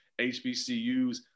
hbcus